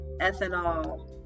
ethanol